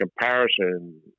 comparison